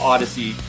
Odyssey